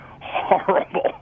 horrible